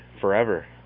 forever